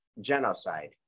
genocide